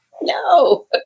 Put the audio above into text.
no